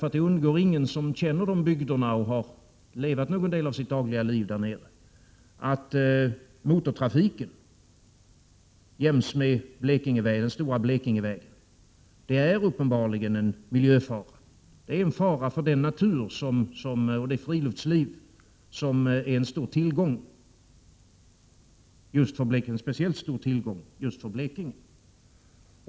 Att motortrafiken längs den stora Blekingevägen uppenbarligen är en miljöfara har inte undgått någon som känner bygderna eller som har levt någon del av sitt dagliga liv där nere. Det är en fara för den natur och det friluftsliv som är en speciellt stor tillgång just för Blekinge.